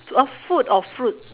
to a food or fruits